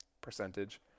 percentage